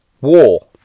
war